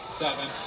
Seven